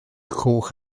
coch